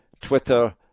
Twitter